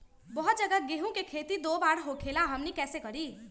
बहुत जगह गेंहू के खेती दो बार होखेला हमनी कैसे करी?